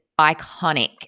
iconic